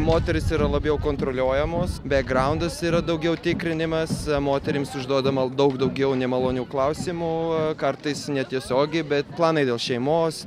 moterys yra labiau kontroliuojamos bagraundas yra daugiau tikrinimas moterims užduodama daug daugiau nemalonių klausimų o kartais netiesiogiai bet planai dėl šeimos